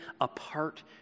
apart